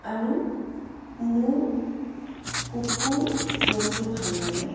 আৰু মোৰ কুকুৰ জন্তু ভাল লাগে